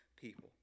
people